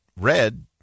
red